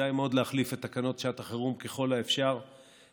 כדאי מאוד להחליף את תקנות שעת החירום ככל האפשר בחקיקה.